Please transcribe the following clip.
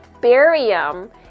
Barium